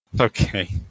Okay